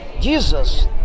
Jesus